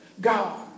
God